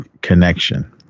connection